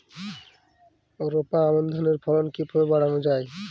রোপা আমন ধানের ফলন কিভাবে বাড়ানো যায়?